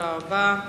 תודה רבה.